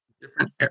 different